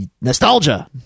Nostalgia